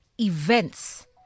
events